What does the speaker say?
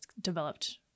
developed